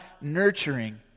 nurturing